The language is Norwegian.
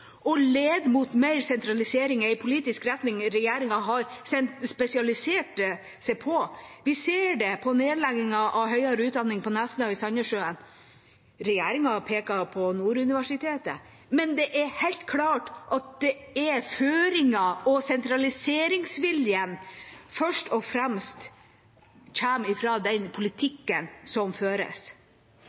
mot mer sentralisering er en politisk retning regjeringa har spesialisert seg på. Vi ser det på nedleggingen av høyere utdanning på Nesna og i Sandnessjøen. Regjeringa peker på Nord universitet, men det er helt klart at føringene og sentraliseringsviljen først og fremst kommer fra den politikken som føres.